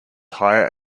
higher